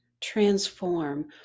transform